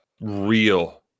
real